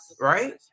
right